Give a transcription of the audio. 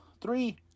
three